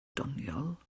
doniol